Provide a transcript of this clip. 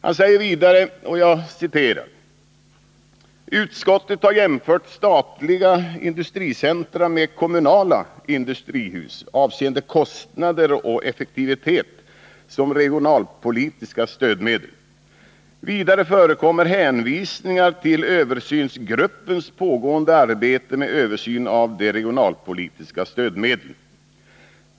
Han säger vidare: ”Utskottet har jämfört statliga industricentra med kommunala industrihus avseende kostnader och effektivitet som regionalpolitiska stödmedel. Vidare förekommer hänvisningar till översynsgruppens pågående arbete med översyn av de regionalpolitiska stödmedlen.